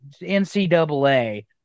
NCAA